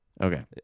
Okay